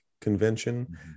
convention